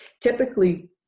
typically